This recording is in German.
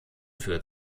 führt